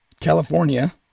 California